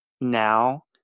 now